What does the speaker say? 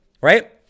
right